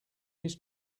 his